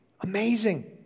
Amazing